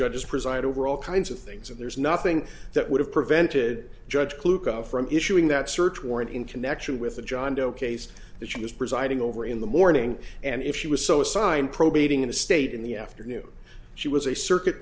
judges preside over all kinds of things and there's nothing that would have prevented judge clue come from issuing that search warrant in connection with the john doe case that she was presiding over in the morning and if she was so assigned probating in the state in the afternoon she was a circuit